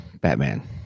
Batman